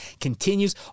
continues